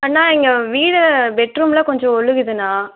அண்ணா இங்கே வீடு பெட்ரூம் எல்லாம் கொஞ்சம் ஒழுகுது அண்ணா